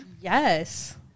Yes